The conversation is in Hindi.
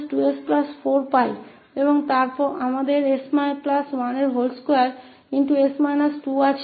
तो हमें s2 2s4 मिलता है और हमारे पास s12 होता है